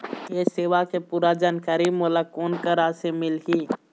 ये सेवा के पूरा जानकारी मोला कोन करा से मिलही?